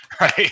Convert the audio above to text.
Right